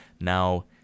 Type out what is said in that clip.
now